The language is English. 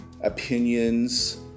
Opinions